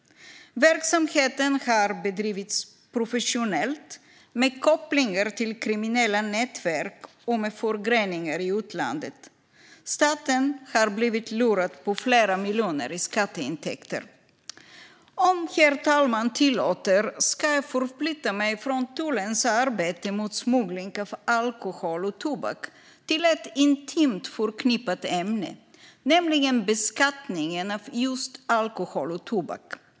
Verksamheten har bedrivits professionellt, med kopplingar till kriminella nätverk och med förgreningar i utlandet. Staten har blivit lurad på flera miljoner i skatteintäkter. Om herr talman tillåter ska jag förflytta mig från tullens arbete mot smuggling av alkohol och tobak till ett ämne som är intimt förknippat med det, nämligen beskattningen av just alkohol och tobak.